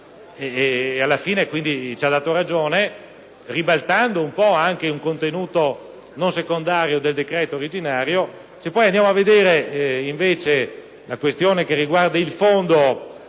della Libertà, cui ha dato ragione, ribaltando in questo modo un contenuto non secondario del decreto originario.